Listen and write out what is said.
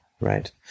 right